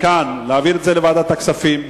מכאן להעביר את זה לוועדת הכספים,